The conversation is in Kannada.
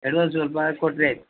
ಅಡ್ವಾನ್ಸ್ ಸ್ವಲ್ಪ ಹಾಕಿ ಕೊಟ್ಟರೆ ಆಯ್ತು